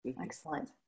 Excellent